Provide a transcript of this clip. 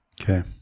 Okay